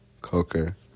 Coker